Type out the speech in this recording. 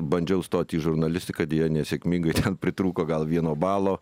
bandžiau stot į žurnalistiką deja nesėkmingai ten pritrūko gal vieno balo